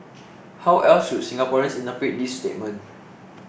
how else should Singaporeans interpret this statement